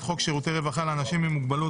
חוק שירותי רווחה לאנשים עם מוגבלות,